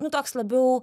nu toks labiau